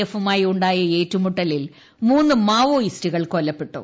എഫുമായി ഉണ്ടായ ഏറ്റുമുട്ടലിൽ മൂന്ന് മാവോയിസ്റ്റുകൾ കൊല്ലപ്പെട്ടു